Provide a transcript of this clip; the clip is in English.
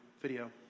video